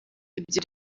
ibyo